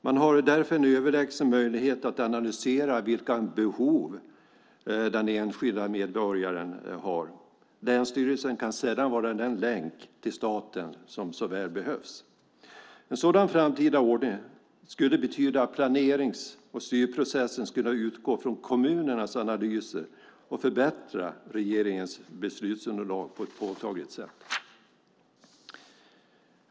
Man har därför en överlägsen möjlighet att analysera vilka behov den enskilde medborgaren har. Länsstyrelsen kan sedan vara den länk till staten som så väl behövs. En sådan framtida ordning skulle betyda att planerings och styrprocessen skulle utgå från kommunernas analyser och förbättra regeringens beslutsunderlag på ett påtagligt sätt.